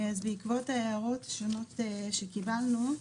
אז בעקבות ההערות השונות שקיבלנו,